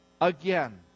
again